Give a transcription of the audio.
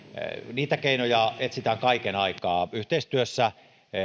niitä keinoja etsitään kaiken aikaa yhteistyössä